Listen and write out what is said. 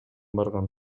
барган